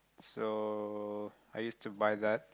so I used to buy that